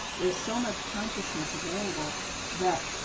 there is so much consciousness available that